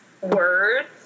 words